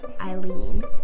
Eileen